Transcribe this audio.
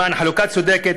לחלוקה צודקת.